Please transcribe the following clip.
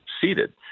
seated